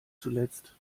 zuletzt